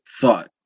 thought